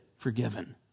forgiven